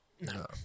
No